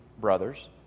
brothers